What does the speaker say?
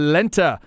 Lenta